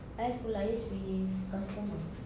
I have to liaise with customer